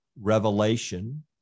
revelation